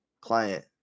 client